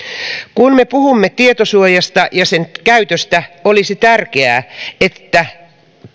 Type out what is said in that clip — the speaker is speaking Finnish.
kun me puhumme tietosuojasta ja sen käytöstä olisi tärkeää että